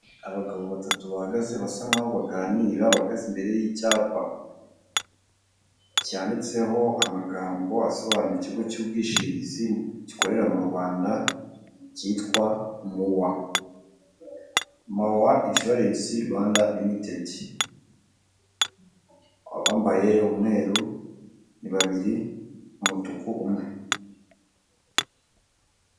Abagabo batatu bahagaze basa nkaho baganira, bahagaze imbere y'icyapa. Cyanditseho amagambo asobanura ikigo cy'ubwishingizi gikorera mu Rwanda cyitwa muwa. Muwa inshuwarensi Rwanda rimitidi, abambaye umweru ni babiri, umutuku umwe.